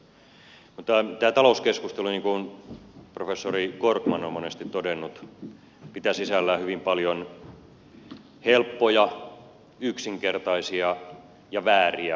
mutta tämä talouskeskustelu niin kuin professori korkman on monesti todennut pitää sisällään hyvin paljon helppoja yksinkertaisia ja vääriä ajatuksia